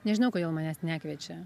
nežinau kodėl manęs nekviečia